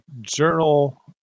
journal